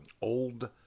old